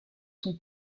son